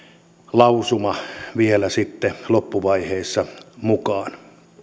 lausuma vielä sitten loppuvaiheessa mukaan